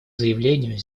заявлению